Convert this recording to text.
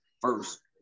first